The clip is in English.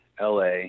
LA